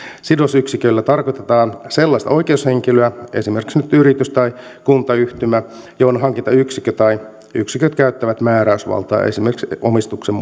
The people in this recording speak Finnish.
sidosyksiköllä tarkoitetaan sellaista oikeushenkilöä esimerkiksi nyt yritys tai kuntayhtymä johon hankintayksikkö tai yksiköt käyttävät määräysvaltaa esimerkiksi omistuksen